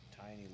tiny